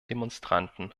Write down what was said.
demonstranten